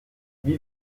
wie